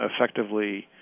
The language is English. effectively